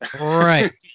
Right